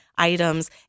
items